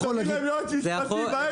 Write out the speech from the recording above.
תביא להם יועץ משפטי באמצע.